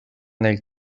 nel